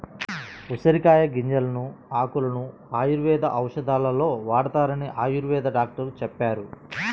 ఉసిరికాయల గింజలను, ఆకులను ఆయుర్వేద ఔషధాలలో వాడతారని ఆయుర్వేద డాక్టరు చెప్పారు